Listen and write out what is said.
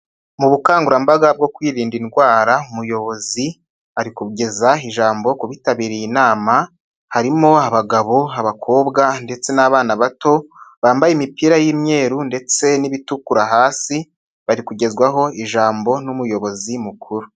Mu bukangurambaga bwo kwirinda indwara, umuyobozi ari kugeza ijambo ku bitabiriye inama harimo abagabo, abakobwa ndetse n'abana bato bambaye imipira y'umweru ndetse n'ibitukura hasi, bari kugezwaho ijambo n'umuyobozi mukuru.